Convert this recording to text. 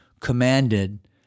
commanded